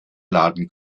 laden